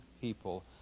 people